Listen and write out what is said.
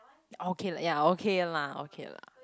okay lah ya okay lah okay lah